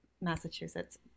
Massachusetts